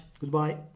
Goodbye